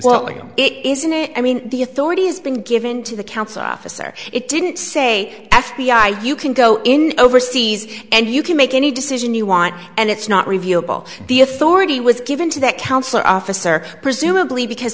know it isn't it i mean the authority has been given to the council officer it didn't say f b i you can go in overseas and you can make any decision you want and it's not reviewable the authority was given to that counselor officer presumably because